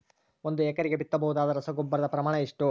ಒಂದು ಎಕರೆಗೆ ಬಿತ್ತಬಹುದಾದ ರಸಗೊಬ್ಬರದ ಪ್ರಮಾಣ ಎಷ್ಟು?